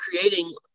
creating